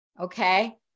Okay